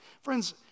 Friends